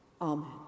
Amen